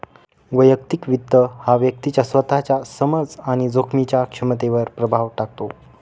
वैयक्तिक वित्त हा व्यक्तीच्या स्वतःच्या समज आणि जोखमीच्या क्षमतेवर प्रभाव टाकतो